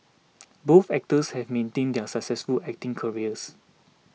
both actors have maintained their successful acting careers